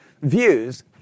views